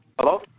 Hello